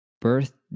Birth